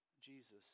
Jesus